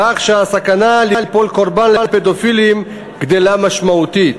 כך שהסכנה ליפול קורבן לפדופילים גדלה משמעותית,